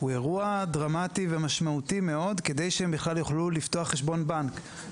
הוא אירוע דרמטי ומשמעותי מאוד כדי שהם בכלל יוכלו לפתוח חשבון בנק.